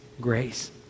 grace